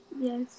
Yes